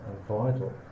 vital